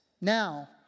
Now